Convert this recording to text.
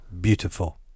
beautiful